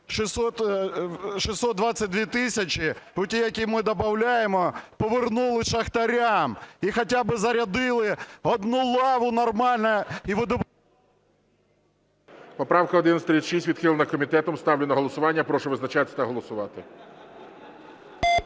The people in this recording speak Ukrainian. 622 тисячі – оті, які ми добавляємо, повернули шахтарям, і хоча б зарядили одну лаву нормально... ГОЛОВУЮЧИЙ. Поправка 1136 відхилена комітетом. Ставлю на голосування. Прошу визначатись та голосувати.